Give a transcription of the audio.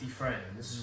friends